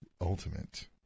Ultimate